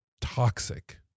toxic